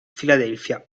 filadelfia